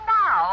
now